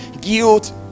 Guilt